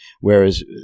whereas